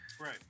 Right